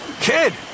Kid